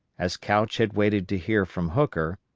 as couch had waited to hear from hooker,